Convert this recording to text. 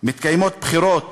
בחירות